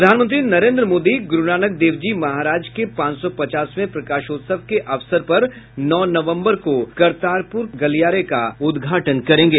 प्रधानमंत्री नरेन्द्र मोदी गुरूनानक देव जी महाराज के पांच सौ पचासवें प्रकाशोत्सव के अवसर नौ नवम्बर को करतारपुर गलियारे का उद्घाटन करेंगे